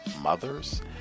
mothers